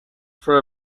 for